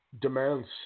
demands